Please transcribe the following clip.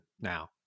now